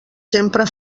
sempre